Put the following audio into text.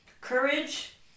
Courage